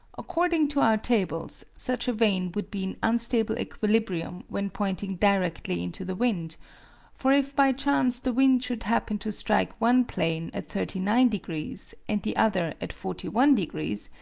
according to our tables, such a vane would be in unstable equilibrium when pointing directly into the wind for if by chance the wind should happen to strike one plane at thirty nine degrees and the other at forty one degrees,